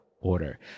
order